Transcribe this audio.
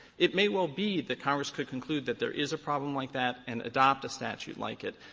it may well be that congress could conclude that there is a problem like that and adopt a statute like it.